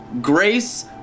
Grace